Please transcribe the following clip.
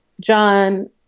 John